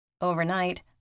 Overnight